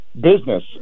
business